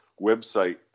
website